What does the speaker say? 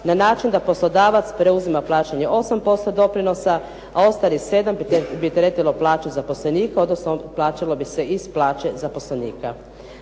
na način da poslodavac preuzima plaćanje 8% doprinosa, a ostalih 7 bi teretilo plaće zaposlenika, odnosno plaćalo bi se iz plaće zaposlenika.